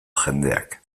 jendeak